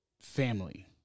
family